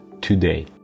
today